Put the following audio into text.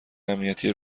امنیتی